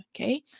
okay